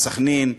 וסח'נין,